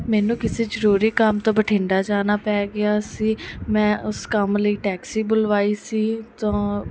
ਮੈਨੂੰ ਕਿਸੇ ਜ਼ਰੂਰੀ ਕੰਮ ਤੋਂ ਬਠਿੰਡਾ ਜਾਣਾ ਪੈ ਗਿਆ ਸੀ ਮੈਂ ਉਸ ਕੰਮ ਲਈ ਟੈਕਸੀ ਬੁਲਵਾਈ ਸੀ ਤਾਂ